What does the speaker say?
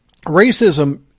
racism